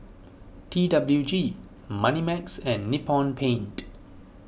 T W G Moneymax and Nippon Paint